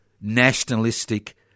nationalistic